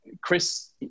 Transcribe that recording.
Chris